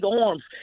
arms